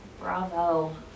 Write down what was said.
Bravo